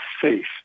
safe